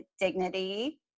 dignity